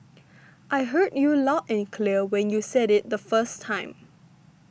I heard you loud and clear when you said it the first time